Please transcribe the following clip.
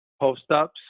post-ups